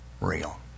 real